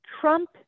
Trump